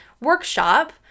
workshop